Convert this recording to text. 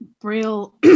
Braille